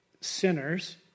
sinners